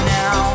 now